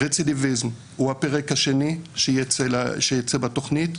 רצידביזם הוא הפרק השני שיצא בתוכנית.